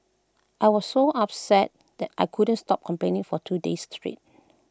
I was so upset that I couldn't stop complaining for two days straight